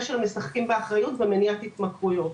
של משחקים באחריות ומניעת התמכרויות.